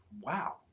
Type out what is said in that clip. wow